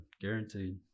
guaranteed